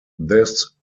this